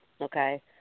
okay